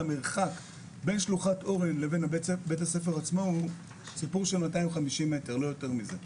המרחק בין שלוחת אורן לבין בית הספר עצמו הוא סיפור של 250-300 מטר,